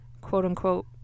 quote-unquote